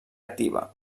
activa